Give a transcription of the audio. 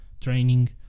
training